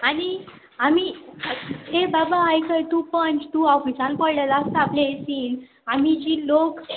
आनी आमी तें बाबा आयकय थंय तूं पंच तूं ऑफिसान पडलेलो आसता प्लेसीन आमी जी लोक